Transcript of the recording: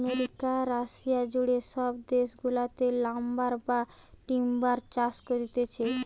America, Russia জুড়ে সব দেশ গুলাতে লাম্বার বা টিম্বার চাষ হতিছে